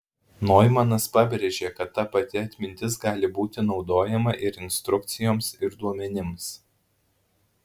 noimanas pabrėžė kad ta pati atmintis gali būti naudojama ir instrukcijoms ir duomenims